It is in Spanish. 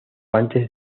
antes